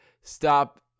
stop